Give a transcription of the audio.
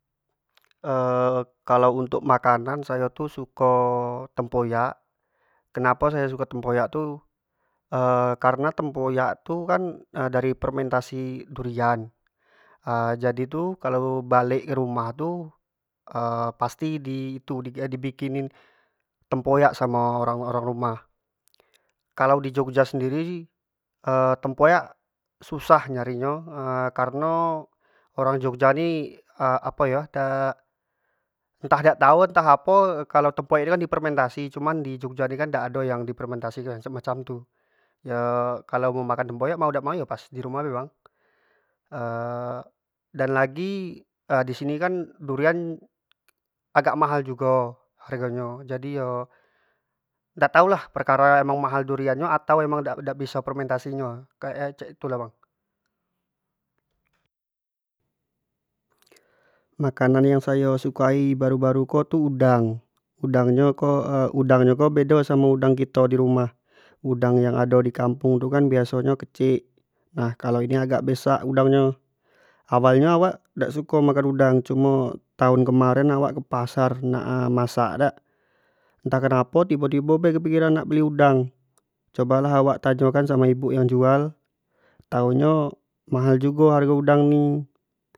kalau untuk makanan sayo tu suko tempoyak, kenapo sayo suko tempoyak tu karena tempoyak tu kan dari fermentasi durian jadi tu kalau balek ke rumah tu pasti di itu di bikinin tempoyak samo orang-orang rumah, kalau di jogja sendiri tempoyak susah nyari nyo kareno orang jogja ni apo yo dak entah dak tau entah apo kalo tempoyak ni kan di fermentasi cuma di jogja ni kan dak ado yang di fermentasi macam tu, yo kalau nak makan tempoyak yo mau tak mau pas di rumah tu lah bang, dan lagi disini kan durian agak mahal jugo hargo nyo jadi yo dak tau lah perkara emang mahal durian nhyo apo dak biso fermentasi nyo kayak nyo cak itu lah bang, makanan yang sayo sukai baru-baru ko ini udang, udang nyo ko udang nyo ko bedo samo udang kito di rumah udang yang ado di kampung tu biaso nyo kecik nah kalau ini agak besak udang nyo awal nyo awak dak suko makan udang cumo tahun kemaren wak ke pasar tu nah masak dak entah kenapo tibo-tibo be kepikiran nak beli udang, cobalah awak tanyo kan ke ibuk yang jual tau nyo mahal jugo hargo udang tu.